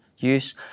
use